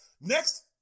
Next